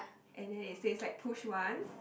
and then it says like push once